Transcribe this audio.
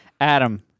Adam